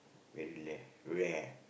really rare rare